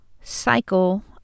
cycle